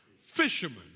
Fishermen